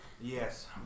Yes